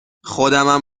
خودمم